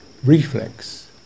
Reflex